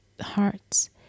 hearts